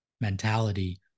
mentality